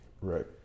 Right